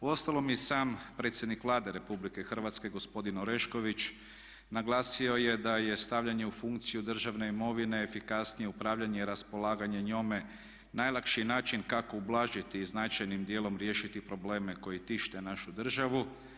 Uostalom i sam predsjednik Vlade RH gospodin Orešković naglasio je da je stavljanje u funkciju državne imovine, efikasnije upravljanje i raspolaganje njome najlakši način kako ublažiti i značajnim dijelom riješiti probleme koji tište našu državu.